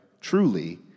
truly